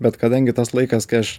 bet kadangi tas laikas kai aš